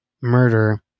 murder